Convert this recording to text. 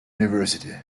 university